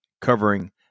covering